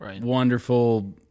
wonderful